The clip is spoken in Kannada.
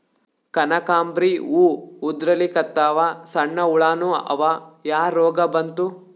ಕನಕಾಂಬ್ರಿ ಹೂ ಉದ್ರಲಿಕತ್ತಾವ, ಸಣ್ಣ ಹುಳಾನೂ ಅವಾ, ಯಾ ರೋಗಾ ಬಂತು?